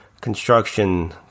construction